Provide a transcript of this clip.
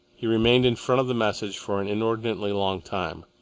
he remained in front of the message for an inordinately long time.